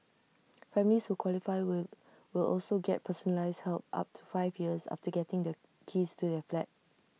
families who qualify will will also get personalised help up to five years after getting the keys to their flat